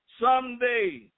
someday